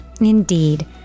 Indeed